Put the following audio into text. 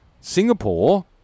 Singapore